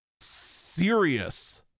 serious